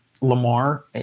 Lamar